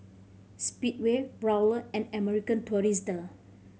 Speedway Raoul and American Tourister